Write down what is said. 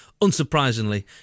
Unsurprisingly